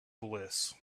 bliss